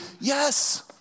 yes